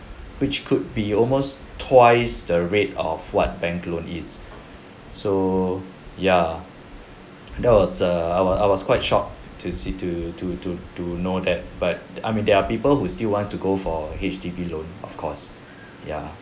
which could be almost twice the rate of what bank loan is so ya that's was err I was I was quite shocked to see to to to to know that but I mean there are people who still wants to go for H_D_B loan of course ya